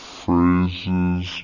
phrases